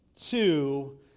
Two